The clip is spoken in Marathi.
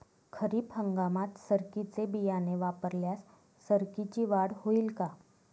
खरीप हंगामात सरकीचे बियाणे वापरल्यास सरकीची वाढ होईल का?